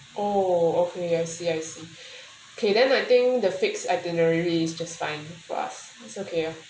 oh okay I see I see okay then I think the fixed itinerary is just fine for us it's okay